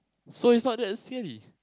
so it's not that scary